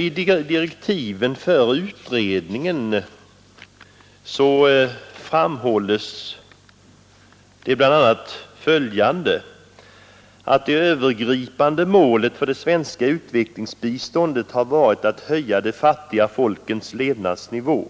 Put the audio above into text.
I direktiven för utredningen framhålls bl.a. följande: ”Det övergripande målet för det svenska utvecklingsbiståndet har varit att höja de fattiga folkens levnadsnivå.